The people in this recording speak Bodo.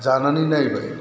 जानानै नायबाय